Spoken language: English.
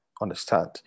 understand